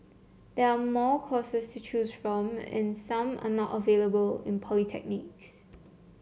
there are more courses to choose from and some are not available in polytechnics